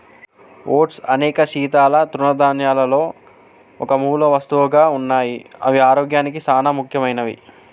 oats అనేక శీతల తృణధాన్యాలలో ఒక మూలవస్తువుగా ఉన్నాయి అవి ఆరోగ్యానికి సానా ముఖ్యమైనవి